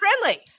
friendly